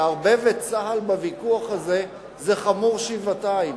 לערבב את צה"ל בוויכוח הזה זה חמור שבעתיים,